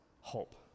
hope